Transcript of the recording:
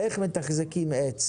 איך מתחזקים עץ?